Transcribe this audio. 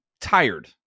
tired